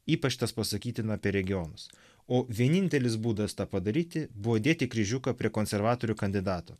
ypač tas pasakytina apie regionus o vienintelis būdas tą padaryti buvo dėti kryžiuką prie konservatorių kandidato